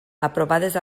aprovades